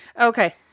okay